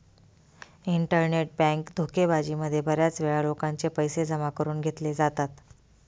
internet bank धोकेबाजी मध्ये बऱ्याच वेळा लोकांचे पैसे जमा करून घेतले जातात